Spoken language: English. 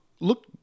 look